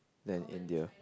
than India